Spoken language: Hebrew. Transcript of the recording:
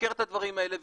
שחוקר את הדברים האלה,